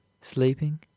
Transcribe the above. sleeping